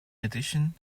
addition